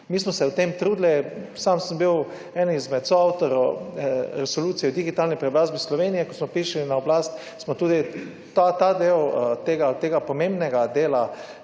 Mi smo se o tem trudili. Sam sem bil eden izmed soavtorjev resolucije o digitalni preobrazbi Slovenije, ko smo prišli na oblast, smo tudi ta del tega pomembnega dela